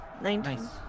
Nineteen